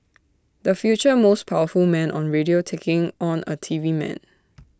the future most powerful man on radio taking on A TV man